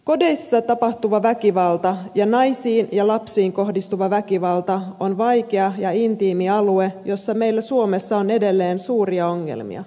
kodeissa tapahtuva väkivalta ja naisiin ja lapsiin kohdistuva väkivalta on vaikea ja intiimi alue jossa meillä suomessa on edelleen suuria ongelmia